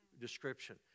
description